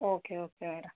okay okay madam